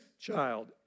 child